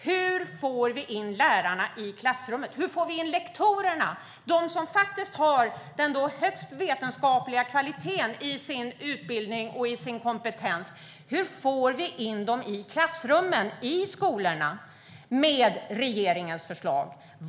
Hur får vi med regeringens förslag in lektorerna, som ju är de som har högst vetenskaplig kvalitet i sin utbildning och kompetens, i klassrummen i skolorna?